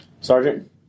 Sergeant